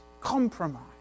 compromise